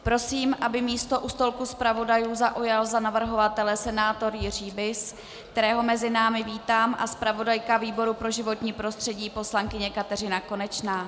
Prosím, aby místo u stolku zpravodajů zaujal za navrhovatele senátor Jiří Bis, kterého mezi námi vítám, a zpravodajka výboru pro životní prostředí poslankyně Kateřina Konečná.